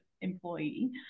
employee